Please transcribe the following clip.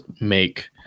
make